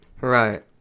Right